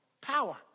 power